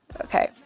okay